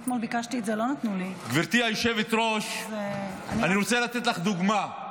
גברתי היושבת-ראש, אני רוצה לתת לך דוגמה.